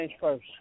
First